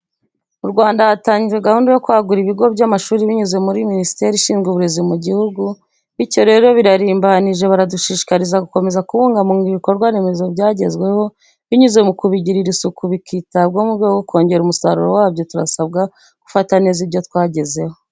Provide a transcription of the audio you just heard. Mu Rwandan hatanjyijwe gahunda yo kwagura ibigo by'a mashuri binyuze mu ri minisiteri Ishinzwe uburezi mu'jyihugu bityo rero birarimbanyije baradushishikariza gukomeza kubungabunga ibikorwa remezo bya jyenzweho binyuze mukubijyirira Isuku bicyitabwaho murwego rwukojyera umusarura wabyo turasabwa gufata neza ibyo twajyezeho.